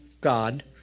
God